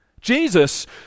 Jesus